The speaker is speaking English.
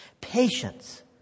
Patience